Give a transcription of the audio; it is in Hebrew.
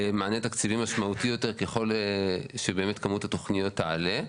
מענה תקציבי משמעותי יותר ככל שבאמת כמות התוכניות תעלה.